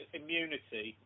immunity